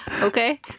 Okay